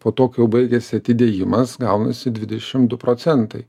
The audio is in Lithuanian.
po to kai jau baigiasi atidėjimas gaunasi dvidešimt du procentai